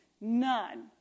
none